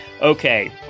Okay